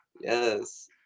Yes